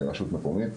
כרשות מקומית,